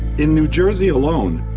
in new jersey alone,